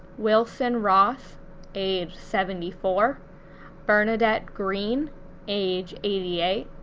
wilson ross age seventy four bernadette green age eighty eight,